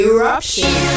Eruption